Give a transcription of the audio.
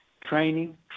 training